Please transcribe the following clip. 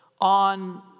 On